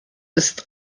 ist